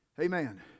Amen